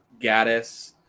Gaddis